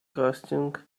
disgusting